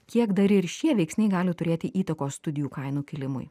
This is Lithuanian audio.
kiek dar ir šie veiksniai gali turėti įtakos studijų kainų kilimui